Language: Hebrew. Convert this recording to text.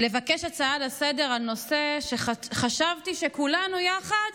ולבקש הצעה לסדר-היום על נושא שחשבתי שכולנו יחד